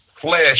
flesh